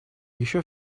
еще